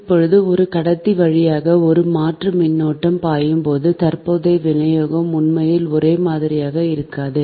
இப்போது ஒரு கடத்தி வழியாக ஒரு மாற்று மின்னோட்டம் பாயும் போது தற்போதைய விநியோகம் உண்மையில் ஒரே மாதிரியாக இருக்காது